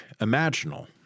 imaginal